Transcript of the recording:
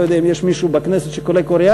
אני לא יודע אם יש מישהו בכנסת שקורא קוריאנית,